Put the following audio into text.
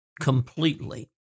completely